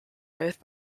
both